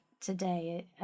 today